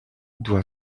doit